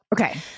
okay